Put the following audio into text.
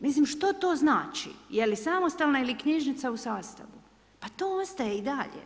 Mislim, što to znači je li samostalna ili knjižnica u sastavu, pa to ostaje i dalje.